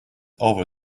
over